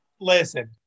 listen